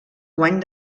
guany